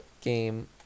game